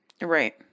Right